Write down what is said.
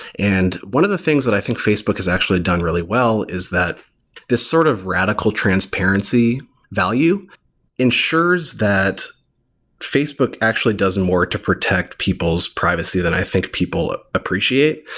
and one of the things that i think facebook has actually done really well is that this sort of radical transparency value ensures that facebook actually does more to protect people's privacy than i think people appreciate.